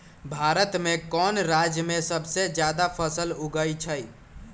भारत में कौन राज में सबसे जादा फसल उगई छई?